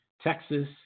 Texas